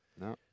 No